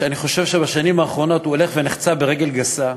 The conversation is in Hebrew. שאני חושב שבשנים האחרונות הוא הולך ונחצה ברגל גסה,